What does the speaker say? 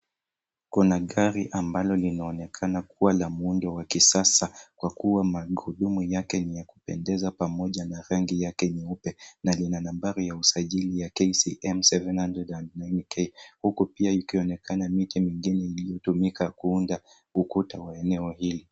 Kuna gari ambalo linaonekana kuwa la muundo wa kisasa kwa kuwa magurudumu yake imejazwa pamoja na rangi yake nyeupe na lina nambari ya usajili ya KCM 709K, huku pia ikionekana miti migeni iliyotumika kuunda ukuta wa eneo hili.